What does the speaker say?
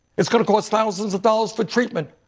it's going to cost thousands of dollars for treatment.